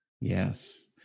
Yes